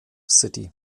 city